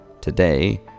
today